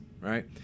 right